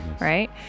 right